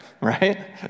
right